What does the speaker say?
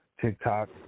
TikTok